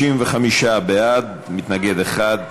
55 בעד, מתנגד אחד.